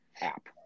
app